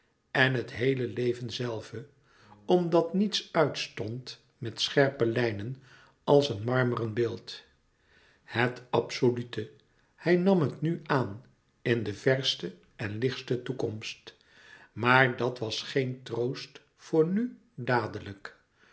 en het heele leven zelve omdat niets uitstond met scherpe lijnen als een marmeren beeld het absolute hij nam het nu aan in de verste en lichtste toekomst maar dàt louis couperus metamorfoze was geen troost voor nu dadelijk